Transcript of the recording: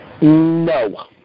No